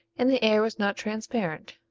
and the air was not transparent.